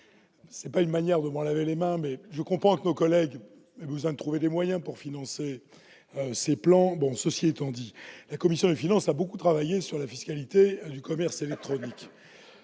Ce n'est pas une manière de m'en laver les mains ! Je comprends que nos collègues cherchent à trouver des moyens pour financer ces plans. Cela étant, la commission des finances a beaucoup travaillé sur la fiscalité du commerce électronique.